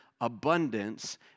abundance